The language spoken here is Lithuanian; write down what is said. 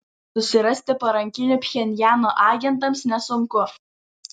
susirasti parankinių pchenjano agentams nesunku